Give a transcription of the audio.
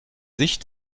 sich